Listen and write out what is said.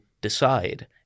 decide